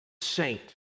saint